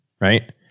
right